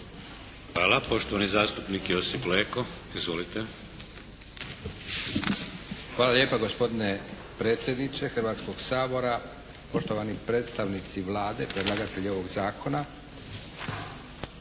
Hvala. Poštovani zastupnik Josip Leko. Izvolite. **Leko, Josip (SDP)** Hvala lijepa gospodine predsjedniče Hrvatskog sabora, poštovani predstavnici Vlade predlagatelji ovog zakona.